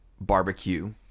barbecue